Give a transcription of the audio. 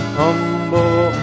humble